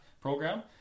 program